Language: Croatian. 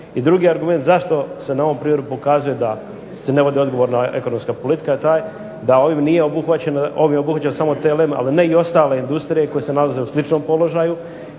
I drugi argument zašto se na ovom primjeru pokazuje da se ne vodi odgovorna ekonomska politika je taj da ovim nije obuhvaćeno, ovim je obuhvaćen samo TLM, ali ne i ostale industrije koje se nalaze u sličnom položaju,